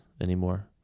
anymore